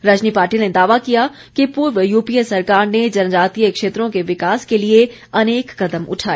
रजनी पाटिल ने दावा किया कि पूर्व यूपीए सरकार ने जनजातीय क्षेत्रों के विकास के लिए अनेक कदम उठाए